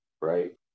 Right